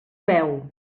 beu